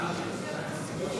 נתקבל.